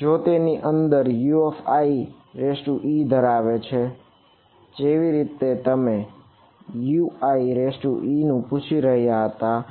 જો તે તેની અંદર Uie ધરાવે છે જેવી રીતે તમે Uie નું પૂછી રહ્યા